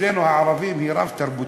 אצלנו הערבים היא רב-תרבותית.